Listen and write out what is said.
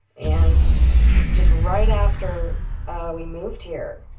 and just right after we moved here,